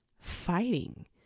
fighting